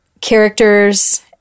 characters